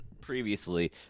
previously